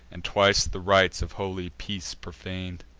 and twice the rites of holy peace profan'd.